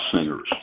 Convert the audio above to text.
singers